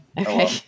Okay